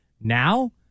Now